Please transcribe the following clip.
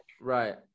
Right